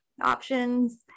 options